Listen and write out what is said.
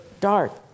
dark